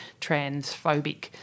transphobic